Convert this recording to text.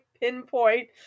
pinpoint